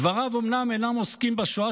דבריו אומנם אינם עוסקים בשואה,